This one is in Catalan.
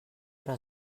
però